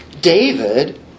David